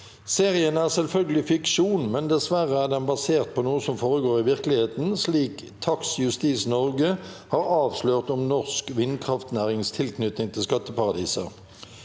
Serien er selvfølgelig fiksjon, men dessverre er den basert på noe som foregår i virkeligheten, slik Tax Justice Norge har avslørt om norsk vindkraftnærings tilknytning til skatte- paradiser.